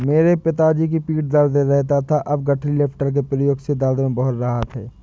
मेरे पिताजी की पीठ दर्द रहता था अब गठरी लिफ्टर के प्रयोग से दर्द में बहुत राहत हैं